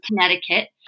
Connecticut